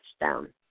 touchdown